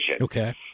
Okay